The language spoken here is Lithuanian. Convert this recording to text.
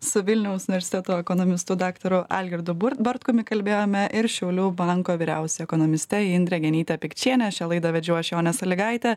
su vilniaus universiteto ekonomistu daktaru algirdu bartkumi kalbėjome ir šiaulių banko vyriausia ekonomiste indre genyte pikčiene šią laidą vedžiau aš jonė sąlygaitė